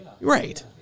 Right